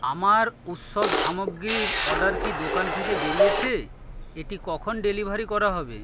আমার উৎসব সামগ্রীর অর্ডার কি দোকান থেকে বেরিয়েছে এটি কখন ডেলিভারি করা হবে